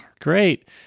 Great